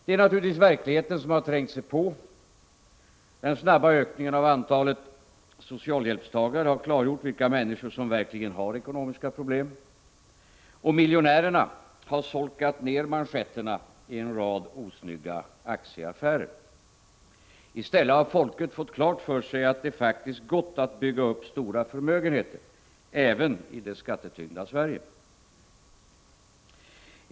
Det är naturligtvis verkligheten som trängt sig på. Den snabba ökningen av antalet socialhjälpstagare har klargjort vilka människor som verkligen har ekonomiska problem. Och miljonärerna har solkat ner manschetterna i en rad osnygga aktieaffärer. I stället har folket fått klart för sig att det faktiskt gått att bygga upp stora förmögenheter även i det skattetyngda Sverige.